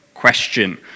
Question